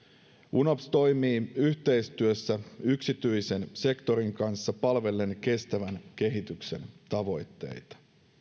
unops toimii yhteistyössä yksityisen sektorin kanssa palvellen kestävän kehityksen tavoitteita